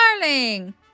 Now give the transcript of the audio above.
darling